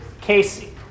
Casey